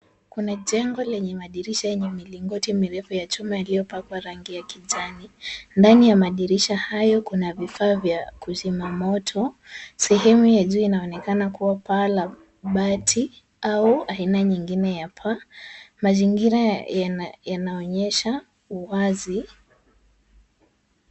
Kuna jengo lenye madirisha yenye milingoti mirefu ya chuma iliyopakwa rangi ya kijani. Ndani ya madirisha hayo kuna vifaa vya kuzima moto. Sehemu ya juu inaonekana kuwa paa la bati au aina nyingine ya paa. Mazingira yanaonyesha uwazi.